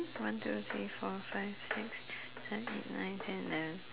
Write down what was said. one two three four five six seven eight nine ten eleven